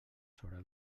sobre